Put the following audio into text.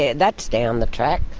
yeah that's down the track.